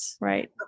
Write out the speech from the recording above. right